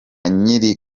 nyiri